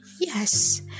Yes